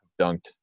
dunked